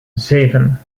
zeven